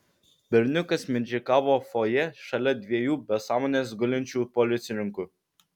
berniukas mindžikavo fojė šalia dviejų be sąmonės gulinčių policininkų